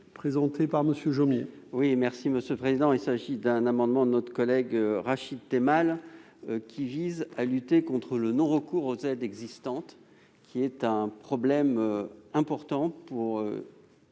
présenté par M. Jomier,